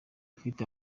ufite